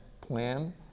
plan